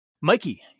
Mikey